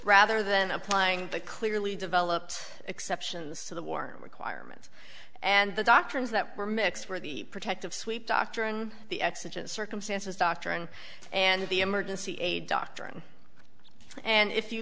rather than applying the clearly developed exceptions to the war requirement and the doctrines that were mixed were the protective sweep doctrine the exigent circumstances doctrine and the emergency aid doctrine and if you